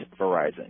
Verizon